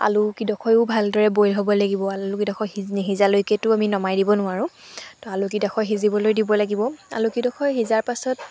আলুকেইডোখৰো ভালদৰে বইল হ'ব লাগিব আলুকেইডোখৰ সি নিসিজালৈকেতো আমি নমাই দিব নোৱাৰোঁ তো আলুকেইডোখৰ সিজিবলৈ দিব লাগিব আলুকেইডোখৰ সিজাৰ পাছত